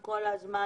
הסיבות.